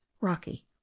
rocky